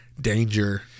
danger